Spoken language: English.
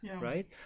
right